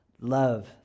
love